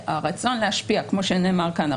כמו שנאמר כאן,